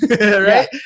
right